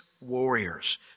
warriors